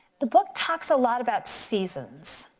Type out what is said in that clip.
the book talks a lot about seasons,